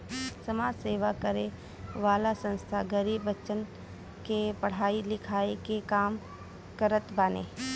समाज सेवा करे वाला संस्था गरीब बच्चन के पढ़ाई लिखाई के काम करत बाने